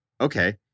okay